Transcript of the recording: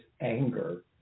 anger